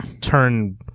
turn